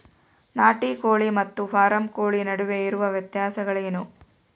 ನಾಟಿ ಕೋಳಿ ಮತ್ತು ಫಾರಂ ಕೋಳಿ ನಡುವೆ ಇರುವ ವ್ಯತ್ಯಾಸಗಳೇನು?